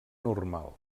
normal